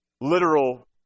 literal